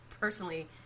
personally